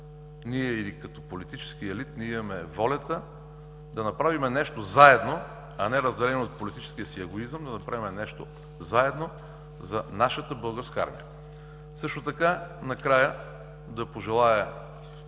нация, като политически елит, ние имаме волята да направим нещо заедно, а не разделено от политическия си егоизъм, да направим нещо заедно за нашата българска армия! Накрая искам да благодаря